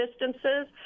distances